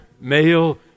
male